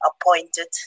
appointed